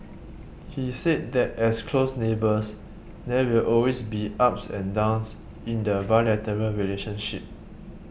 he said that as close neighbours there will always be ups and downs in the bilateral relationship